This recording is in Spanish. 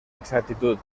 exactitud